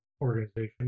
organization